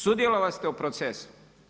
Sudjelovali ste u procesu.